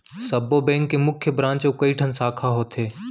सब्बो बेंक के मुख्य ब्रांच अउ कइठन साखा होथे